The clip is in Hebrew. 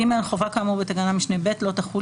(ג) חובה כאמור בתקנת משנה (ב) לא תחול,